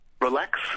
relax